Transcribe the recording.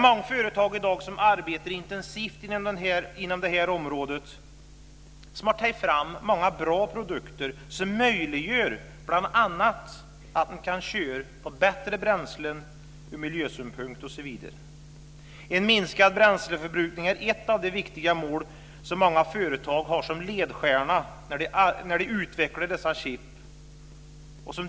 Många företag som i dag arbetar intensivt inom det här området har tagit fram bra produkter, produkter som bl.a. möjliggör att man kan köra på bättre bränslen ur miljösynpunkt. En minskad bränsleförbrukning är ett viktigt mål som många företag har som ledstjärna när de utvecklar dessa chip.